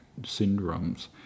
syndromes